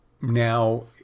now